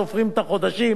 וסופרים את החודשים.